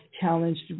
challenged